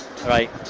Right